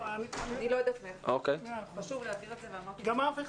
ואני יכולה להגיד לכם איך נראה קיאקים כולם על אוטובוס